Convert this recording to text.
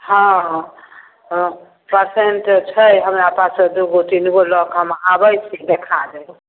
हँ हँ तऽ पेशेन्ट छै हमरा पास दुइ गो तीन गो लऽ कऽ हम आबै छी देखा देबै